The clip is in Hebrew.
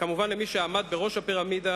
וכמובן למי שעמד בראש הפירמידה,